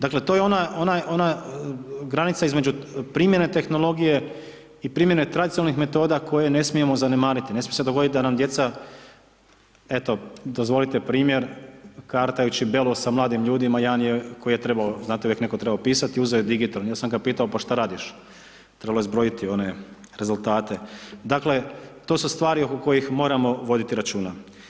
Dakle, to je ona, ona granica između primjene tehnologije i primjene tradicionalnih metoda koje ne smijemo zanemariti, ne smije se dogodit da nam djeca, eto dozvolite primjer kartajući belu sa mladim ljudima, jedan koji je trebao znate uvijek neko trebao pisati uzeo je digitron, ja sam ga pitao pa šta radiš, trebalo je zbrojiti one rezultate, dakle to su stvari oko kojih moramo voditi računa.